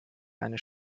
eine